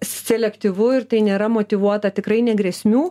selektyvu ir tai nėra motyvuota tikrai ne grėsmių